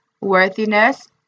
worthiness